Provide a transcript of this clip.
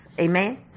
Amen